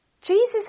Jesus